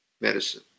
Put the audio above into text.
medicine